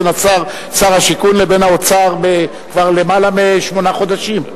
בין שר השיכון לבין האוצר כבר יותר משמונה חודשים.